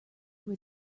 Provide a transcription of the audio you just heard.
were